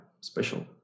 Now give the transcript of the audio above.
special